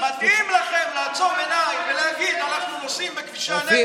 מתאים לכם לעצום עיניים ולהגיד: הפלסטינים הם תמימים.